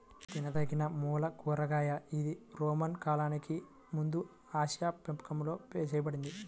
తినదగినమూల కూరగాయ ఇది రోమన్ కాలానికి ముందుఆసియాలోపెంపకం చేయబడింది